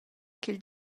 ch’il